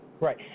Right